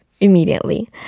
immediately